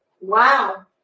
Wow